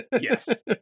Yes